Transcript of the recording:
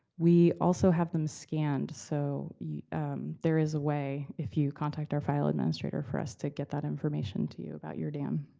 we also have them scanned. so there is a way if you contact our file administrator, for us to get that information to you about your dam.